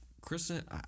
Kristen